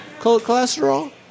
cholesterol